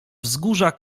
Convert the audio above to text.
wzgórza